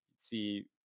see